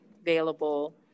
available